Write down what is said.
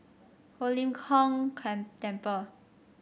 Ho Lim Kong Temple